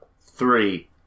three